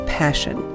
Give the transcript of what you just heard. passion